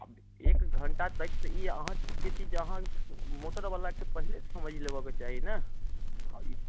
आब एक घण्टा अहाँ कहै छी जे अहाँ मोटरवला के पहिने समझि लेबेके चाही ने